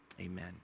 amen